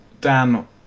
Dan